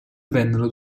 vennero